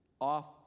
off